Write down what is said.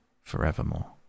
forevermore